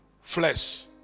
flesh